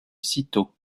citeaux